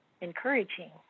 encouraging